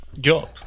job